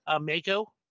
Mako